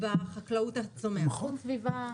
במקרה של הסוכר,